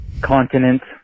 continents